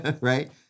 right